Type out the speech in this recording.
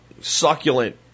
succulent